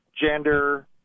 gender